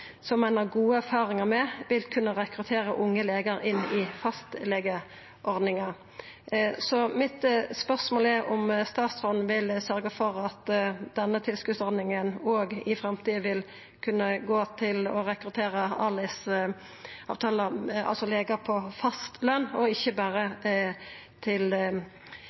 som ein har gode erfaringar med vil kunna rekruttera unge legar inn i fastlegeordninga. Spørsmålet mitt er om statsråden vil sørgja for at denne tilskotsordninga òg i framtida vil kunna gå til å rekruttera legar på fast løn, og ikkje berre til